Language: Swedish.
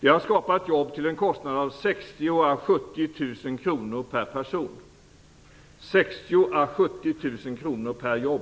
Det har skapat nya jobb till en kostnad av 60 000-70 000 kr per person - 60 000-70 000 kr per jobb.